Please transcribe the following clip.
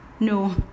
No